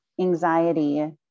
anxiety